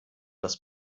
das